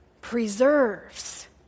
preserves